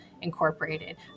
Incorporated